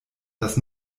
das